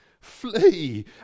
flee